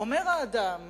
אומר האדם